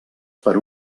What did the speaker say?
per